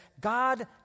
God